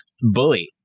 bully